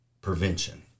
prevention